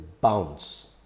bounce